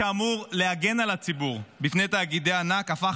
שאמור להגן על הציבור מפני תאגידי ענק הפך